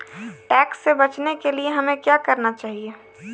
Tax से बचने के लिए हमें क्या करना चाहिए?